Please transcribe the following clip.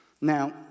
Now